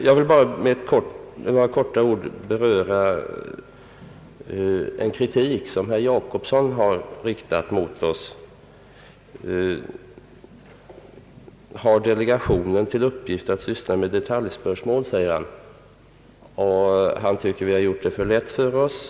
Jag vill helt kortfattat beröra den kritik som herr Per Jacobsson riktat mot oss. Har delegationen till uppgift att syssla med detaljspörsmål, frågar han. Han tycker att vi har gjort det för lätt för oss.